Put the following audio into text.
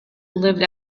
lived